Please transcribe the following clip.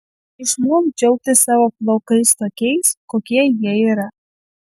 išmok džiaugtis savo plaukais tokiais kokie jie yra